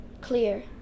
Clear